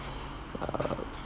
err